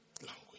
language